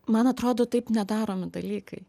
man atrodo taip nedaromi dalykai